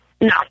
No